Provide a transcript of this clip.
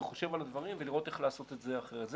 וחושב על הדברים ולראות איך לעשות את זה אחרת.